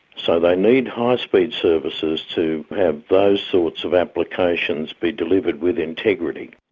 so they need high speed services to have those sorts of applications be delivered with integrity.